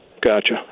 gotcha